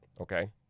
okay